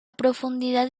profundidad